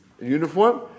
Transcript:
uniform